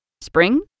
Spring